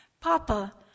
Papa